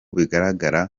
bigaragara